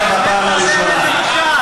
אני קורא אותך לסדר בפעם הראשונה.